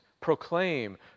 Proclaim